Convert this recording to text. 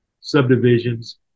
subdivisions